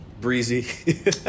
Breezy